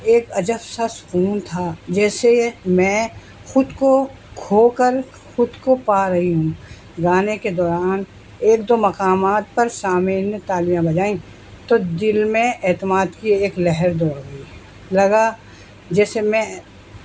ایک عجب سا سکون تھا جیسے میں خود کو کھو کر خود کو پا رہی ہوں گانے کے دوران ایک دو مقامات پر شامل تالیاں بجائیں تو دل میں اعتماد کی ایک لہر دوڑ گئی لگا جیسے میں